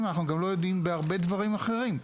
אנחנו גם לא יודעים בהרבה דברים אחרים.